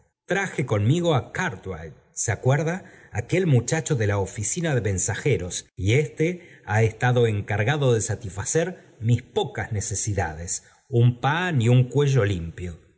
traje conmigo á cartwright se acuerda aquel muchacho de la oficina de mensajeros y éste ha estado en cargado de satisfacer mía pocas necesidades un pan y un cuello limpio